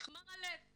נכמר הלב.